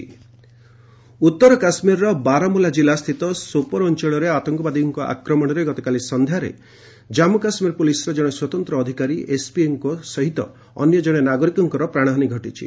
J and K କିଲ୍କ ଉତ୍ତର କାଶ୍ମୀରର ବାରମୁଲା କିଲ୍ଲା ସ୍ଥିତ ସୋପର ଅଞ୍ଚଳରେ ଆତଙ୍କବାଦୀଙ୍କ ଆକ୍ରମଣରେ ଗତକାଲି ସନ୍ଧ୍ୟାରେ ଜାନ୍ମୁ କାଶ୍ମୀରର ପୁଲିସର ଜଣେ ସ୍ୱତନ୍ତ୍ର ଅଧିକାରୀ ଏସ୍ପିଓଙ୍କ ସହିତ ଅନ୍ୟ ଜଣେ ନାଗରିକଙ୍କର ପ୍ରାଣହାନୀ ଘଟିଛି